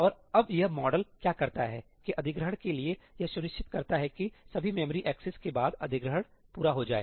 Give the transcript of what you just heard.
और अब यह मॉडल क्या करता है कि 'अधिग्रहण' के लिए यह सुनिश्चित करता है कि सभी मेमोरी एक्सेस के बाद 'अधिग्रहण' पूरा हो जाए